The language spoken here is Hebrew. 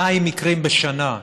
200 מקרים בשנה,